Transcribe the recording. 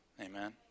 amen